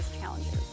challenges